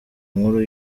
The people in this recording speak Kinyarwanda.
nkuru